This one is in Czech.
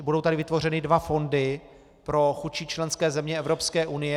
Budou tady vytvořeny dva fondy pro chudší členské země Evropské unie.